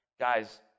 Guys